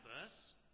verse